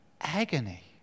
Agony